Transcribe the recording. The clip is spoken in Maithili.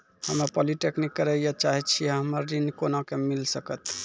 हम्मे पॉलीटेक्निक करे ला चाहे छी हमरा ऋण कोना के मिल सकत?